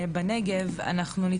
ונשים צעירות,